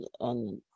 on